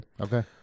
Okay